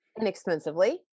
inexpensively